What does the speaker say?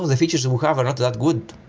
the features that we have are not that good.